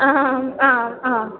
आम् आम् आम्